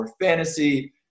Fantasy